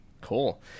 Cool